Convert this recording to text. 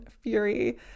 Fury